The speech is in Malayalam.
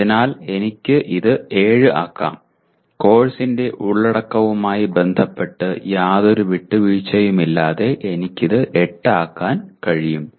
അതിനാൽ എനിക്ക് ഇത് 7 ആക്കാം കോഴ്സിന്റെ ഉള്ളടക്കവുമായി ബന്ധപ്പെട്ട് യാതൊരു വിട്ടുവീഴ്ചയുമില്ലാതെ എനിക്ക് ഇത് 8 ആക്കാൻ കഴിയും